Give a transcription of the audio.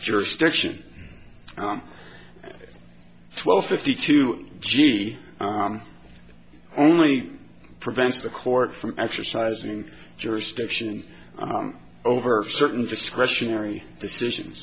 jurisdiction twelve fifty two genie only prevents the court from exercising jurisdiction over certain discretionary decisions